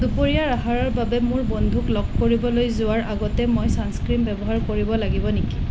দুপৰীয়াৰ আহাৰৰ বাবে মোৰ বন্ধুক লগ কৰিবলৈ যোৱাৰ আগতে মই চানস্ক্ৰীন ব্যৱহাৰ কৰিব লাগিব নেকি